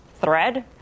thread